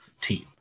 team